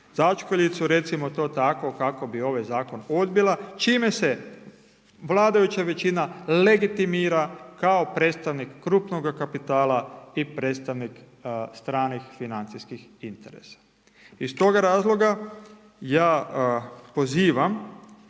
začkoljicu, recimo to tako kako bi ovaj zakon odbila, čime se vladajuća većina legitimira kao predstavnik krupnoga kapitala i predstavnik stranih financijskih interesa. Iz tog razloga ja pozivam